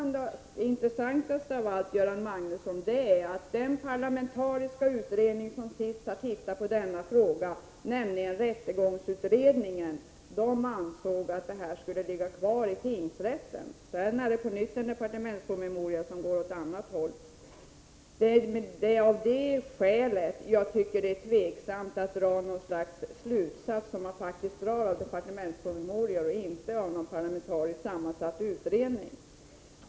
Det intressantaste av allt, Göran Magnusson, är att den parlamentariska utredning som senast har tittat på denna fråga, nämligen rättegångsutredningen, ansåg att denna handläggning skulle ligga kvar hos tingsrätterna. Sedan kom på nytt en departementspromemoria som går åt annat håll. Det är av detta skäl som jag anser att det är tveksamt att man drar en slutsats av departementspromemorior, vilket man faktiskt gör, och inte av resultatet från en parlamentariskt sammansatt utredning.